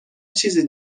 چیزی